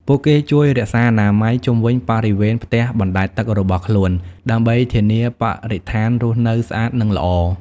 ពួកគេជួយរក្សាអនាម័យជុំវិញបរិវេណផ្ទះបណ្ដែតទឹករបស់ខ្លួន ដើម្បីធានាបរិស្ថានរស់នៅស្អាត និងល្អ។